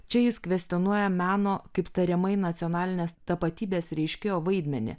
čia jis kvestionuoja meno kaip tariamai nacionalinės tapatybės reiškėjo vaidmenį